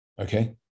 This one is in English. okay